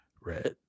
Red